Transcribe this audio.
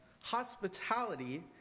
hospitality